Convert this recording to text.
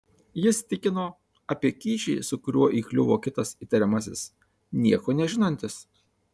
jis tikino apie kyšį su kuriuo įkliuvo kitas įtariamasis nieko nežinantis